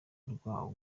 rwa